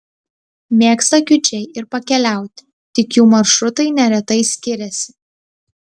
mėgsta kiudžiai ir pakeliauti tik jų maršrutai neretai skiriasi